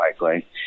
likely